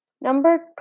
number